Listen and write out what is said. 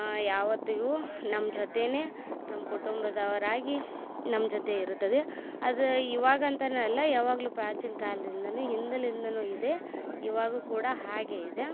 ಯಾವತ್ತಿಗು ನಮ್ಮ ಜೊತೇನೆ ನಮ್ಮ ಕುಟುಂಬದವರಾಗಿ ನಮ್ಮ ಜೊತೆ ಇರುತ್ತದೆ ಅದು ಇವಾಗಂತ ಅಲ್ಲ ಯಾವಾಗ್ಲು ಪ್ರಾಚೀನ ಕಾಲ್ದಿಂದ ಹಿಂದ್ನಿಂದನೂ ಇದೆ ಇವಾಗ ಕೂಡ ಹಾಗೆಯಿದೆ